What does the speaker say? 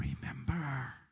remember